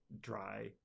dry